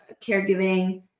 caregiving